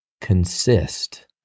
consist